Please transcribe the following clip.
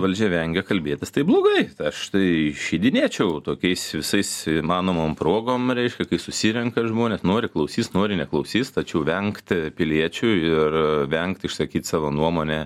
valdžia vengia kalbėtis tai blogai aš tai išeidinėčiau tokiais visais įmanomom progom reiškia kai susirenka žmonės nori klausys nori neklausys tačiau vengti piliečių ir vengti išsakyti savo nuomonę